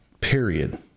Period